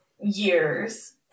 years